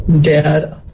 dad